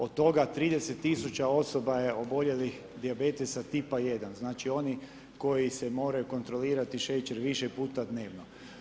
Od toga 30 tisuća osoba je oboljelih od dijabetesa tipa I. Znači, koji moraju kontrolirati šećer više puta dnevno.